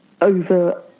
over